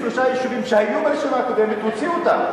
23 יישובים שהיו ברשימה הקודמת, הוציאו אותם.